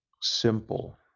simple